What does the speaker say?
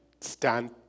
stand